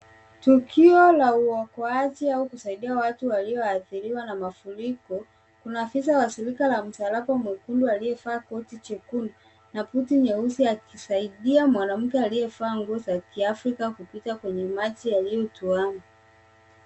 Tukio la uokoaji au kusaidia watu walioathiriwa na mafuriko. Kuna afisa wa shirika la msalaba mwekundu aliyevaa koti jekundu na buti nyeusi akisaidia mwanamke aliyevaa nguo za Kiafrika kupita kwenye maji yaliyotuama.